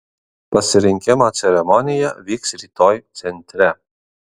pasirinkimo ceremonija vyks rytoj centre